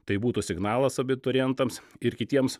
tai būtų signalas abiturientams ir kitiems